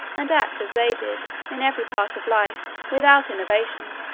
and act as they did, in every part of life, without innovation